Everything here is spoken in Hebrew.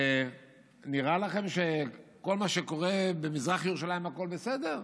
נראה לכם שכל מה שקורה במזרח ירושלים, הכול בסדר?